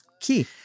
key